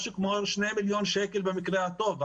משהו כמו שני מיליון שקל במקרה הטוב.